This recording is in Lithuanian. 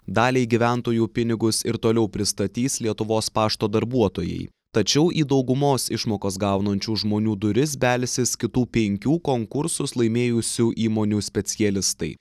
daliai gyventojų pinigus ir toliau pristatys lietuvos pašto darbuotojai tačiau į daugumos išmokas gaunančių žmonių duris belsis kitų penkių konkursus laimėjusių įmonių specialistai